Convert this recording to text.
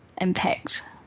impact